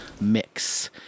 mix